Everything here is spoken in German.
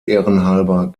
ehrenhalber